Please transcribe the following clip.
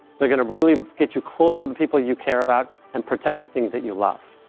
they're going to really get you close to the people you care about and protect the things that you love.